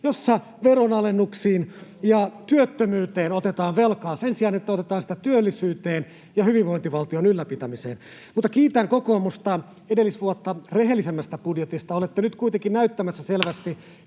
velkaa veronalennuksiin ja työttömyyteen sen sijaan, että otetaan sitä työllisyyteen ja hyvinvointivaltion ylläpitämiseen. Mutta kiitän kokoomusta edellisvuotta rehellisemmästä budjetista. Olette nyt kuitenkin näyttämässä selvästi,